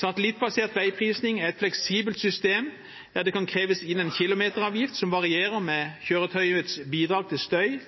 Satellittbasert veiprising er et fleksibelt system der det kan kreves inn en kilometeravgift som varierer med kjøretøyets bidrag til støy,